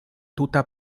tuta